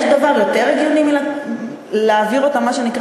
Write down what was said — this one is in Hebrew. יש דבר יותר הגיוני מלהעביר אותם מה שנקרא